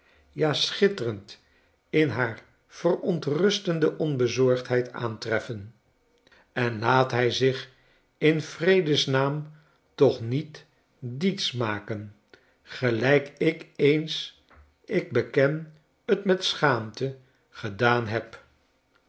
ja schjtterend in haar verontrustende onbezorgdheid aantreffen en laat hij zich in vredesnaam toch niet diets maken gelijk ik eens ik beken t met schaamte gedaan heb